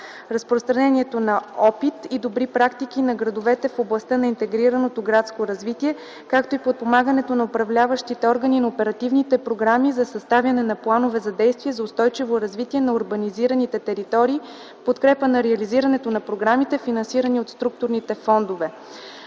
разпространението на опит и добри практики на градовете в областта на интегрираното градско развитие, както и подпомагането на управляващите органи на оперативните програми за съставяне на планове за действие за устойчиво развитие на урбанизираните територии в подкрепа на реализирането на програмите, финансирани от структурните фондове.